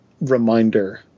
reminder